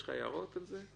יש לך הערות על זה?